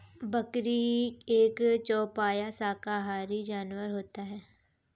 बकरी एक चौपाया शाकाहारी जानवर होता है